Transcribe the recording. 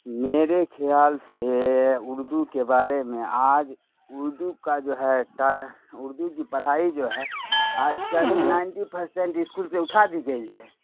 میرے خیال سے اردو کے بارے میں آج اردو کا جو ہے اردو کی پڑھائی جو ہے آج کل نائنٹی پرسینٹ اسکول سے اٹھا دی گئی ہے